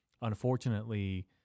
unfortunately